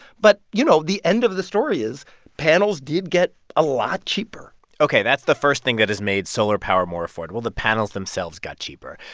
but, you know, the end of the story is panels did get a lot cheaper ok, that's the first thing that has made solar power more affordable the panels themselves got cheaper.